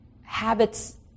habits